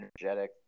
energetic